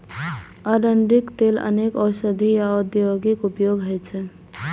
अरंडीक तेलक अनेक औषधीय आ औद्योगिक उपयोग होइ छै